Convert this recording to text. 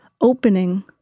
opening